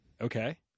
Okay